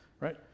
right